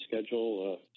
schedule